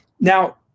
Now